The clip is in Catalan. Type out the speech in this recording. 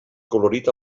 colorit